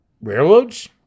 railroads